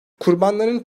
kurbanların